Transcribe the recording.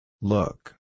Look